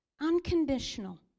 unconditional